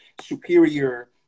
superior